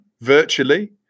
virtually